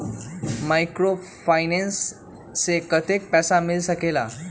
Microfinance से कतेक पैसा मिल सकले ला?